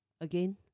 again